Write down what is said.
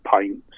paints